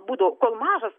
būdavo kol mažas